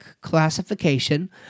classification